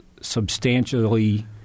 substantially